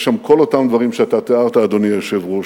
יש שם כל אותם דברים שאתה תיארת, אדוני היושב-ראש,